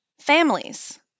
families